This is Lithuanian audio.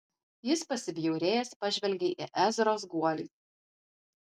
jis pasibjaurėjęs pažvelgė į ezros guolį